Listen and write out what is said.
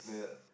yeah